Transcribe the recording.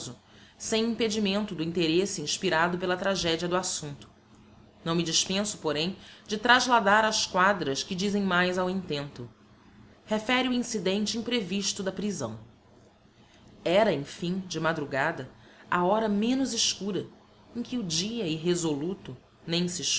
sem impedimento do interesse inspirado pela tragedia do assumpto não me dispenso porém de trasladar as quadras que dizem mais ao intento refere o incidente imprevisto da prisão era em fim de madrugada a hora menos escura em que o dia irresoluto nem se